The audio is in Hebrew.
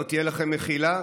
לא תהיה לכם מחילה,